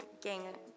gang